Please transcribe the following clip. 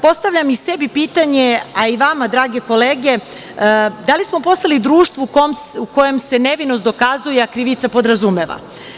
Postavljam i sebi pitanje, a i vama drage kolege - da li smo postali društvo u kojem se nevinost dokazuje, a krivica podrazumeva?